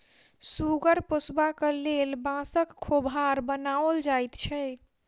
सुगर पोसबाक लेल बाँसक खोभार बनाओल जाइत छै